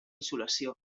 insolació